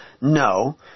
no